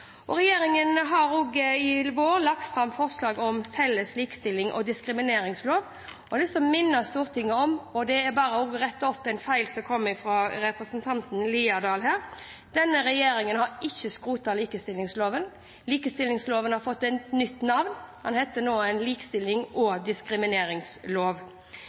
Regjeringen har i vår lagt fram forslag om felles likestillings- og diskrimineringslov. Jeg har lyst til å minne Stortinget om – bare for å rette opp en feil fra representanten Haukeland Liadal her i debatten – at denne regjeringen ikke har skrotet likestillingsloven. Likestillingsloven har fått et nytt navn, den skal nå hete likestillings- og